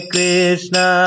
Krishna